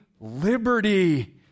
liberty